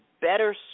better